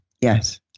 yes